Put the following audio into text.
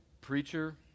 preacher